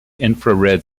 infrared